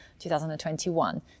2021